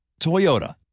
Toyota